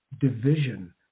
division